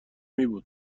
میبود